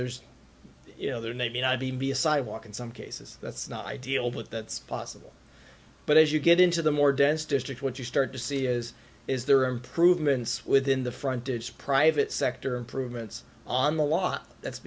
there's you know there may be i mean be a sidewalk in some cases that's not ideal but that's possible but as you get into the more dense district what you start to see is is there are improvements within the frontage private sector improvements on the law that's